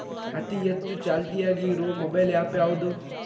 ಅತಿ ಹೆಚ್ಚ ಚಾಲ್ತಿಯಾಗ ಇರು ಮೊಬೈಲ್ ಆ್ಯಪ್ ಯಾವುದು?